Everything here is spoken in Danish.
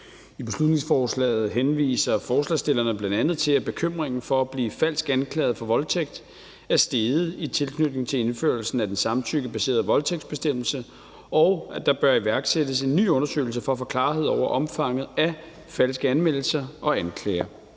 I beslutningsforslaget henviser forslagsstillerne bl.a. til, at bekymringen for at blive falsk anklaget for voldtægt er steget i tilknytning til indførelsen af den samtykkebaserede voldtægtsbestemmelse, og at der bør iværksættes en ny undersøgelse for at få klarhed over omfanget af falske anmeldelser og anklager,